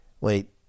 wait